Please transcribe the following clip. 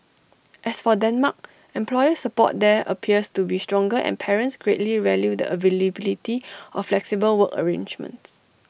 as for Denmark employer support there appears to be stronger and parents greatly value the availability of flexible work arrangements